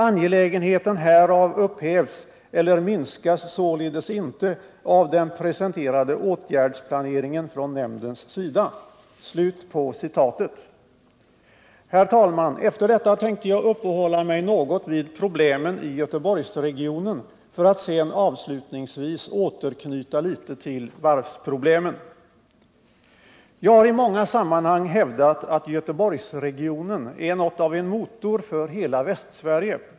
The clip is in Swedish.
Angelägenheten härav upphävs eller minskas således inte av den presenterade åtgärdsplaneringen från nämndens sida.” Herr talman! Efter detta tänkte jag uppehålla mig något vid problemen i Göteborgsregionen för att sedan avslutningsvis återknyta litet till varvsproblemen. Jag har i många sammanhang hävdat att Göteborgsregionen är något av en motor för hela Västsverige.